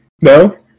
No